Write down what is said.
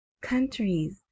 countries